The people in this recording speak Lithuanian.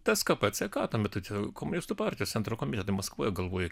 tskp ck tuo metu komunistų partijos centro komitete maskvoj galvoj